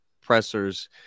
pressers